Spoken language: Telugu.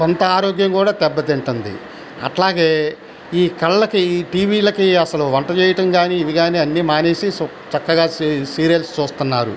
కొంత ఆరోగ్యం కూడా దెబ్బతింటుంది అట్లాగే ఈ కళ్ళకి ఈటీవీలకి అసలు వంట చేయటం కాని ఇది కాని అన్నీ మానేసి చక్కగా సీ సీరియల్స్ చూస్తున్నారు